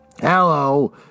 Hello